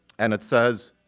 and it says,